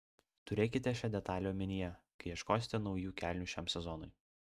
turėkite šią detalę omenyje kai ieškosite naujų kelnių šiam sezonui